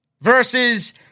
Versus